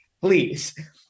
please